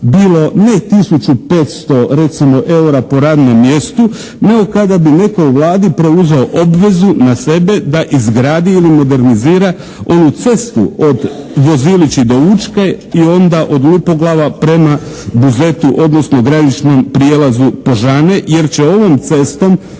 recimo eura po radnom mjestu, nego kada bi netko u Vladi preuzeo obvezu na sebe da izgradi ili modernizira onu cestu od Vozilići do Učke i onda od Lupoglava prema Buzetu, odnosno graničnom prijelazu Požane jer će ovom cestom